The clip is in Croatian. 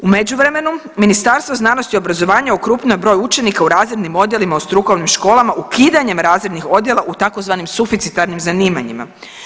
U međuvremenu Ministarstvo znanosti i obrazovanja okrupnjuje je broj učenika u razrednim odjelima u strukovnim školama ukidanjem razrednih odjela u tzv. suficitarnim zanimanjima.